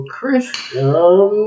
Christian